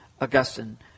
Augustine